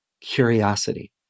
curiosity